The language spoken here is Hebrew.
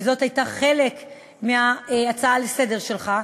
כי זה היה חלק מההצעה שלך לסדר-היום,